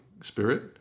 spirit